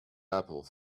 apple